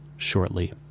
shortly